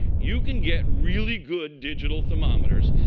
you can get really good digital thermometers.